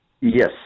Yes